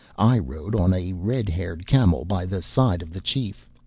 i rode on a red-haired camel by the side of the chief,